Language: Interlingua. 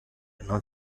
non